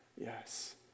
Yes